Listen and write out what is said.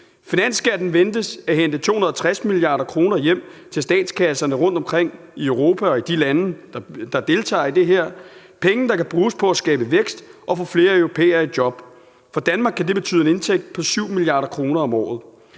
Finansskatten ventes at hente 260 mia. kr. hjem til statskasserne rundtomkring i Europa og i de lande, der deltager i det her, penge, der kan bruges på at skabe vækst og få flere europæere i job. For Danmark kan det betyde en indtægt på 7 mia. kr. om året.